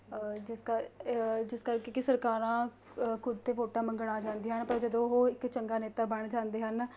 ਜਿਸ ਕਰ ਜਿਸ ਕਰਕੇ ਕਿ ਸਰਕਾਰਾਂ ਖੁਦ ਤਾਂ ਵੋਟਾਂ ਮੰਗਣ ਆ ਜਾਂਦੀਆਂ ਹਨ ਪਰ ਜਦੋਂ ਉਹ ਇੱਕ ਚੰਗਾ ਨੇਤਾ ਬਣ ਜਾਂਦੇ ਹਨ